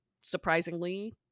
surprisingly